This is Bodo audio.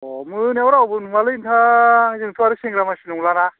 अ' मोनायाव रावबो नुवालै नोंथां जोंथ' आरो सेंग्रा मानसि नंलाना